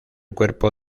cuerpo